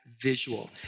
visual